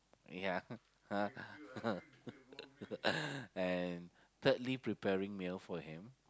ya and thirdly preparing meal for him